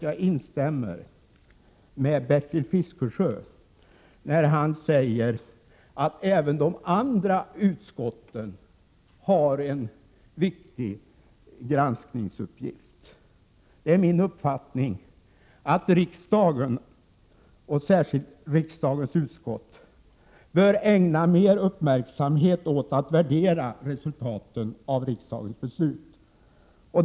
Jag instämmer med Bertil Fiskesjö när han säger att även de andra utskotten har en viktig granskningsuppgift. Det är min uppfattning att riksdagen och särskilt riksdagens utskott bör ägna mer uppmärksamhet åt att värdera resultaten av riksdagens beslut.